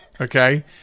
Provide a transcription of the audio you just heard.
okay